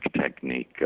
technique